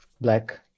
black